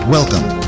Welcome